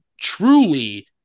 truly